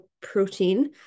protein